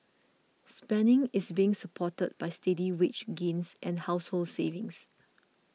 spending is being supported by steady wage gains and household savings